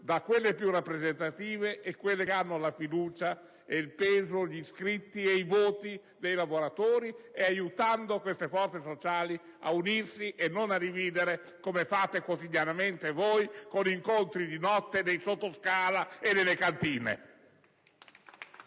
da quelle più rappresentative, da quelle che hanno la fiducia, il peso, gli iscritti e i voti dei lavoratori e aiutando queste forze sociali ad unirsi e non a dividere come fate quotidianamente con incontri di notte nei sottoscala e nelle cantine.